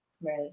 Right